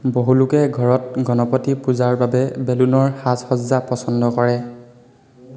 বহুলোকে ঘৰত গণপতি পূজাৰ বাবে বেলুনৰ সাজসজ্জা পছন্দ কৰে